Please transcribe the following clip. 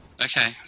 Okay